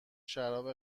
شراب